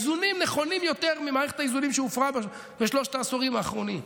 איזונים נכונים יותר ממערכת האיזונים שהופרה בשלושת העשורים האחרונים.